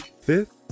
Fifth